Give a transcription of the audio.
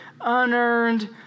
unearned